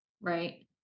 right